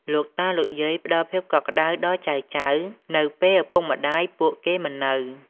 លោកតា លោកយាយផ្ដល់ភាពកក់ក្ដៅដល់ចៅៗ នៅពេលឪពុកម្ដាយពួកគេមិននៅ។